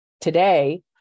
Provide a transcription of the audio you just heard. today